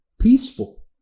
peaceful